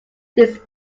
these